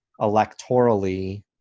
electorally